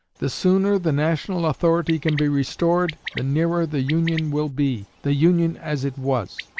the sooner the national authority can be restored, the nearer the union will be the union as it was.